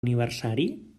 aniversari